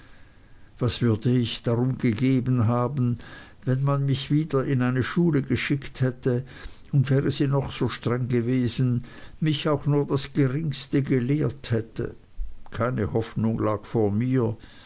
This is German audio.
was würde ich darum gegeben haben wenn man mich wieder in eine schule geschickt hätte und wäre sie noch so streng gewesen mich auch nur das geringste gelehrt hätte keine hoffnung lag vor mir